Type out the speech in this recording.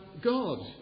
God